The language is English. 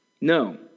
No